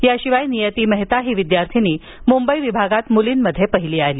याशिवाय नियती मेहता ही विद्यार्थीनी मुंबई विभागात मुलींमध्ये पहिली आली